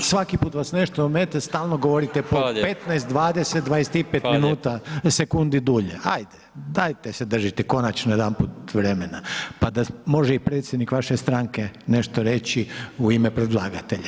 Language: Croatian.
Ma svaki put vas nešto omete, stalno govorite po 15, 20, 25 minuta, sekundi dulje, hajde, dajte se držite konačno jedanput vremena pa da može i predsjednik vaše stranke nešto reći u ime predlagatelja.